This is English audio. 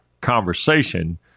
conversation